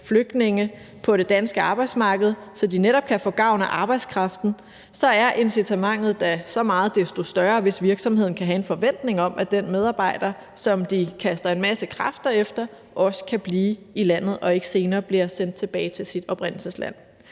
flygtninge på det danske arbejdsmarked, så de netop kan få gavn af arbejdskraften, så er incitamentet da så meget desto større, hvis virksomheden kan have en forventning om, at den medarbejder, som de kaster en masse kræfter efter, også kan blive i landet og ikke senere bliver sendt tilbage til sit oprindelsesland.